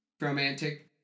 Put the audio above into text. Romantic